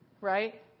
right